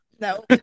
No